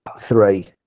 three